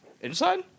Inside